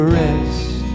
rest